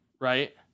right